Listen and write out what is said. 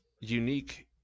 unique